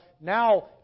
now